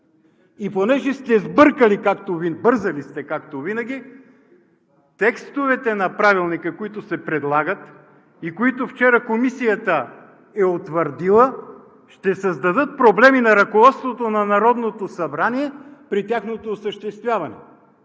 И понеже сте бързали както винаги, текстовете на Правилника, които се предлагат и които вчера Комисията е утвърдила, ще създадат проблеми на ръководството на Народното събрание при тяхното осъществяване.